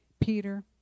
Peter